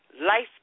life